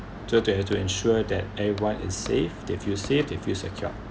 so to have to ensure that everyone is safe they feel safe they feel secure